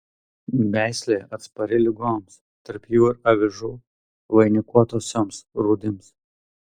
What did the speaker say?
veislė atspari ligoms tarp jų ir avižų vainikuotosioms rūdims